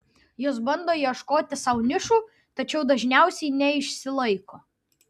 jos bando ieškoti sau nišų tačiau dažniausiai neišsilaiko